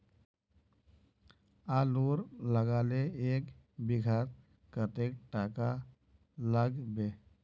आलूर लगाले एक बिघात कतेक टका लागबे?